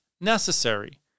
necessary